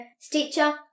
Stitcher